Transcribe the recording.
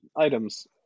items